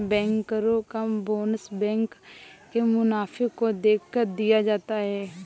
बैंकरो का bonus bank के मुनाफे को देखकर दिया जाता है